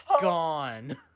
gone